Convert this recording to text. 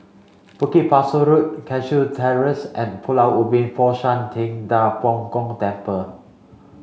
Bukit Pasoh Road Cashew Terrace and Pulau Ubin Fo Shan Ting Da Bo Gong Temple